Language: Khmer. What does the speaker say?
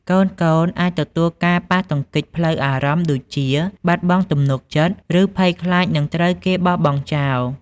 កូនៗអាចទទួលការប៉ះទង្គិចផ្លូវអារម្មណ៍ដូចជា បាត់បង់ទំនុកចិត្ត ឬភ័យខ្លាចនឹងត្រូវគេបោះបង់ចោល។